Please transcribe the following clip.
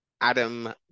Adam